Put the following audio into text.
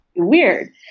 weird